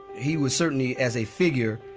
he was certainly, as a figure,